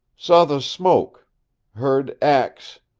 saw the smoke heard axe